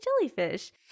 jellyfish